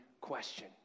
question